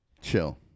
chill